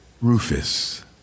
Rufus